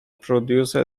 produce